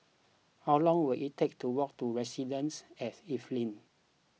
how long will it take to walk to Residences at Evelyn